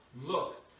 look